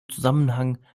zusammenhang